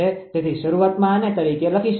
તેથી શરૂઆતમાં આને તરીકે લખી શકાય છે